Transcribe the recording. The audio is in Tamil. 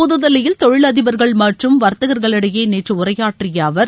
புதுதில்லில் தொழிலதிபர்கள் மற்றும் வர்த்தகர்களிடையே நேற்று உரையாற்றிய அவர்